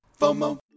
FOMO